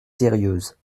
sérieuses